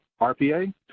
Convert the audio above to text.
RPA